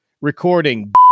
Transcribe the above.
recording